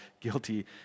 guilty